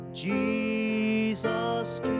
jesus